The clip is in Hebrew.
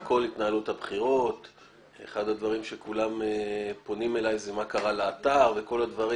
אחד הדברים שכולם פונים אלי זה מה קרה לאתר וכל הדברים.